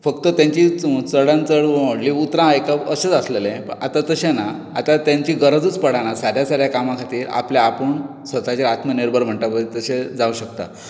फकत तांची च चडान चड व्हडली उतरां आयकप अशेंच आसलेंले आतां तशें ना आतां तांची गरजूच पडना साद्या साद्या कामां खातीर आपल्या आपूण स्वताचेर आत्मनिर्भर म्हणटात पळय तशें जावंक शकता